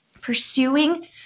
pursuing